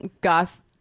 goth